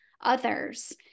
others